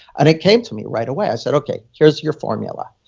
and it came to me right away i said, okay, here's your formula.